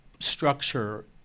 structure